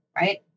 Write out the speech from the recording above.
right